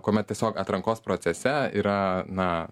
kuomet tiesiog atrankos procese yra na